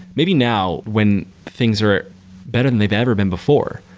maybe now when things are better than they've ever been before,